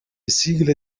sigle